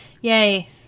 Yay